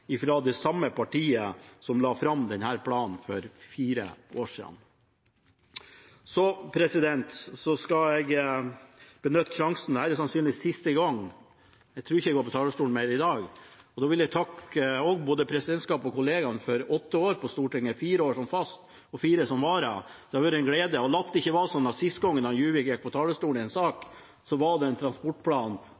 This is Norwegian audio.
det samme partiet som la fram denne planen for fire år siden. Jeg skal benytte sjansen – for dette er sannsynligvis siste gang, jeg tror ikke jeg går på talerstolen mer i dag – til å takke både presidentskapet og kollegaene for åtte år på Stortinget, fire år som fast og fire som vara. Det har vært en glede. La det ikke være sånn at siste gang Juvik gikk på talerstolen i en sak,